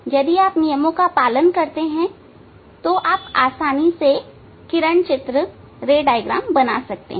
यदि आप नियमों का पालन करते हैं तो आप आसानी से किरण चित्र बना सकते हैं